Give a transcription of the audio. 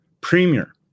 Premier